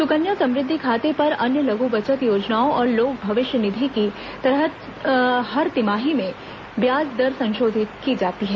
सुकन्या समृद्धि खाते पर अन्य लघ् बचत योजनाओं और लोक भविष्य निधि की तरह ही हर तिमाही में ब्याज दर संशोधित की जाती है